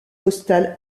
postales